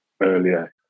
earlier